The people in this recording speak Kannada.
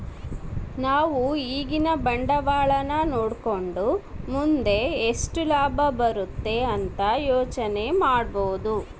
ನಾವು ಈಗಿನ ಬಂಡವಾಳನ ನೋಡಕಂಡು ಮುಂದೆ ಎಷ್ಟು ಲಾಭ ಬರುತೆ ಅಂತ ಯೋಚನೆ ಮಾಡಬೋದು